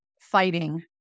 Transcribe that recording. fighting